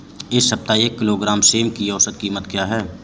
इस सप्ताह एक किलोग्राम सेम की औसत कीमत क्या है?